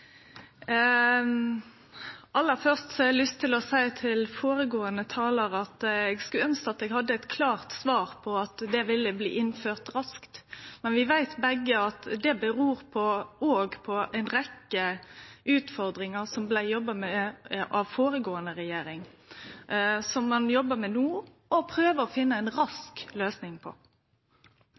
Aller først har eg lyst til å seie til føregåande talar at eg skulle ønskje at eg hadde eit klart svar på om det vil bli innført raskt, men vi veit begge at det er avhengig av ei rekkje utfordringar – som blei jobba med av den føregåande regjeringa, og som ein jobbar med no og prøver å finne ei rask løysing på.